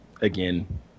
again